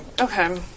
Okay